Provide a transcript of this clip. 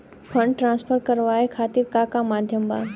Fund transfer करवाये खातीर का का माध्यम बा?